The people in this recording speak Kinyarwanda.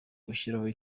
kwishyiriraho